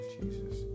Jesus